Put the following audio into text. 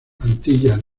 antillas